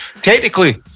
Technically